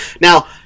Now